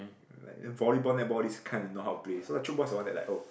like volleyball netball these kind we know how to play so tchoukball is the one that like oh